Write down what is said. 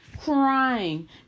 crying